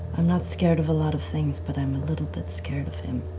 i'm not scared of a lot of things but i'm a little bit scared of him.